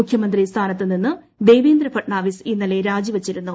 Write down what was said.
മുഖ്യമന്ത്രി സ്ഥാനത്ത് നിന്നും ദേവേന്ദ്രഫഡ്നാവിസ് ഇന്നലെ രാജി വെച്ചിരുന്നു